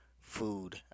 food